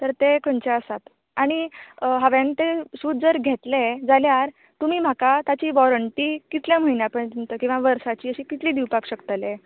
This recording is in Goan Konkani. तर तें खंयचे आसात आनी हांवें तर शूज जर घेतले जाल्यार तुमी म्हाकां ताची वोरंटी कितल्या म्हयन्या पर्यंत वा किंवा कितल्या वर्साची अशीं कितली दिवपाक शकतलें